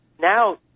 now